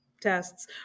tests